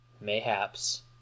mayhaps